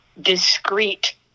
discreet